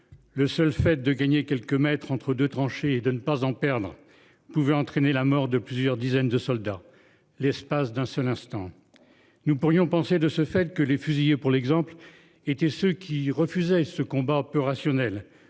Le seul fait de gagner quelques mètres entre de trancher et de ne pas en perdre pouvait entraîner la mort de plusieurs dizaines de soldats, l'espace d'un seul instant. Nous pourrions penser de ce fait que les fusillés pour l'exemple était ceux qui refusaient ce combat peu rationnel,